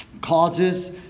causes